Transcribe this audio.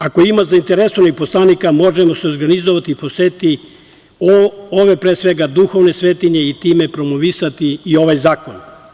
Ako ima zainteresovanih poslanika, možemo se organizovati i posetiti ove, pre svega, duhovne svetinje i time promovisati i ovaj zakon.